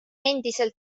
endiselt